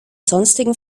sonstigen